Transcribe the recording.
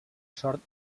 sort